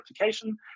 application